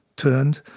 turned.